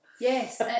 Yes